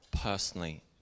personally